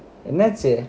என்னாச்சு:ennaachu